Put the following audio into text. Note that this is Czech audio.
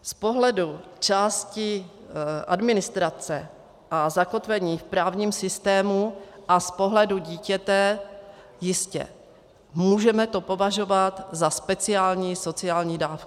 Z pohledu části administrace a zakotvení v právním systému a z pohledu dítěte jistě, můžeme to považovat za speciální sociální dávku.